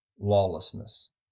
lawlessness